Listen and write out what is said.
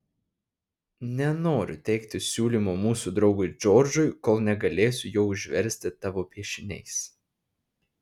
nenoriu teikti siūlymo mūsų draugui džordžui kol negalėsiu jo užversti tavo piešiniais